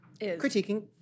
critiquing